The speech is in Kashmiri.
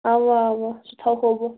اوا اوا سُہ تھاوو بہٕ